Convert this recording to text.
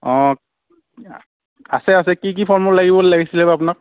অঁ আছে আছে কি কি ফল মূল লাগিব বুলি লাগিছিল আপোনাক